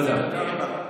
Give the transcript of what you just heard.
תודה רבה.